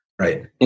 right